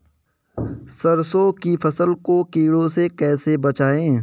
सरसों की फसल को कीड़ों से कैसे बचाएँ?